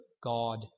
God